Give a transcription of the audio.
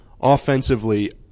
offensively